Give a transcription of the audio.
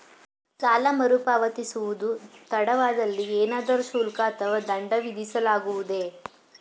ಸಾಲ ಮರುಪಾವತಿಸುವುದು ತಡವಾದಲ್ಲಿ ಏನಾದರೂ ಶುಲ್ಕ ಅಥವಾ ದಂಡ ವಿಧಿಸಲಾಗುವುದೇ?